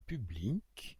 publique